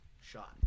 Shot